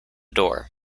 door